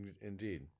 Indeed